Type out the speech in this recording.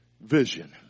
vision